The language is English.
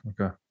okay